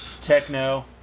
Techno